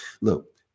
Look